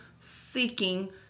seeking